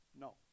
No